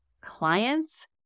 clients